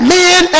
men